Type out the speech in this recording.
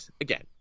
again